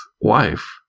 wife